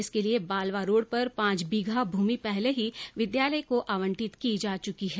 इसके लिए बालवा रोड पर पांच बीघा भूमी पहले ही विद्यालय को आवंटित की जा चुकी है